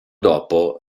dopo